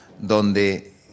donde